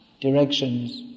directions